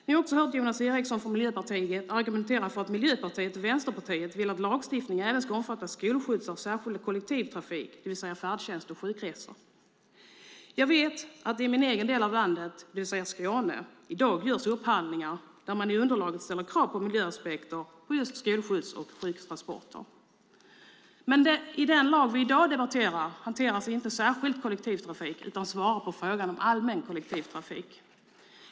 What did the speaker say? Vi har också hört Jonas Eriksson från Miljöpartiet argumentera för att Miljöpartiet och Vänsterpartiet vill att lagstiftningen ska omfatta även skolskjutsar och särskild kollektivtrafik, det vill säga färdtjänst och sjukresor. Jag vet att det i min egen del av landet - Skåne - i dag görs upphandlingar där man i underlagen ställer krav på miljöaspekter på just skolskjutsar och sjuktransporter. Men i den lag som vi i dag debatterar hanteras inte särskild kollektivtrafik utan allmän kollektivtrafik.